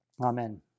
Amen